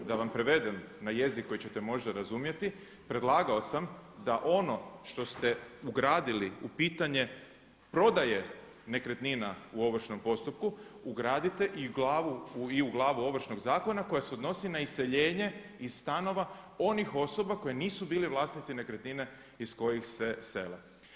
Da vam prevedem na jezik koji ćete možda razumjeti, predlagao sam da ono što ste ugradili u pitanje prodaje nekretnina u ovršnom postupku ugradite i u glavu Ovršnog zakona koja se odnosi na iseljenje iz stanova onih osoba koje nisu bile vlasnici nekretnine iz kojih se sele.